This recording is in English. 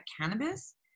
cannabis